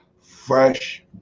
fresh